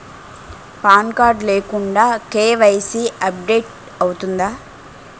Pan card లేకుండా KYC update అవుతుందా?